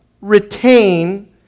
retain